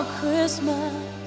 Christmas